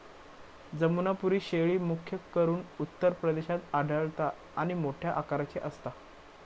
जमुनापारी शेळी, मुख्य करून उत्तर प्रदेशात आढळता आणि मोठ्या आकाराची असता